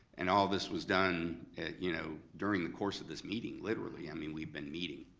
and all this was done you know during the course of this meeting, literally, i mean, we've been meeting,